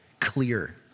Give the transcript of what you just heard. clear